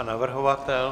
A navrhovatel?